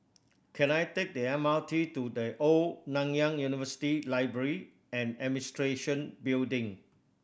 can I take the M R T to The Old Nanyang University Library and Administration Building